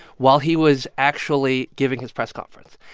while he was actually giving his press conference.